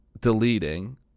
deleting